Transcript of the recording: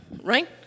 right